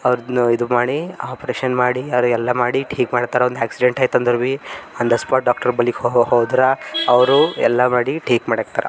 ಅವ್ರ್ದು ಇದು ಮಾಡಿ ಆಪ್ರೇಷನ್ ಮಾಡಿ ಅವ್ರಿಗೆಲ್ಲ ಮಾಡಿ ಠೀಕ್ ಮಾಡ್ತಾರೆ ಒಂದು ಆ್ಯಕ್ಸಿಡೆಂಟ್ ಆಯ್ತು ಅಂದರೂ ಭೀ ಆನ್ ದ ಸ್ಪಾಟ್ ಡಾಕ್ಟರ್ ಬಳಿಕ ಹೋದ್ರೆ ಅವರು ಎಲ್ಲ ಮಾಡಿ ಠೀಕ್ ಮಾಡ್ಯಾಕ್ತಾರ